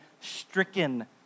stricken